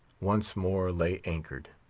once more lay anchored.